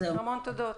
המון תודות.